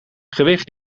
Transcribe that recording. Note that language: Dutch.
gewicht